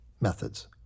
Methods